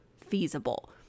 feasible